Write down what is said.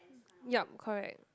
yup correct